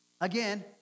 Again